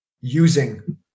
using